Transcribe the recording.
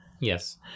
Yes